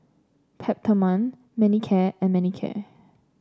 Peptamen Manicare and Manicare